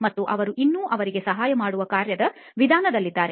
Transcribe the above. ಮತ್ತು ಅವರು ಇನ್ನೂ ಅವರಿಗೆ ಸಹಾಯ ಮಾಡುವ ಕಾರ್ಯದ ವಿಧಾನದಲ್ಲಿದ್ದಾರೆ